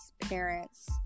parents